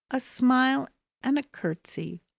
a smile and curtsy,